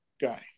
guy